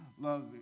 love